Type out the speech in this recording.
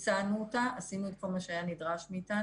ביצענו את זה, עשינו את כל מה שנדרש מאיתנו.